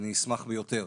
אני אשמח ביותר.